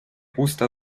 gusta